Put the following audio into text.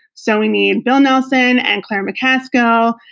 so we need bill nelson, and claire mccaskill,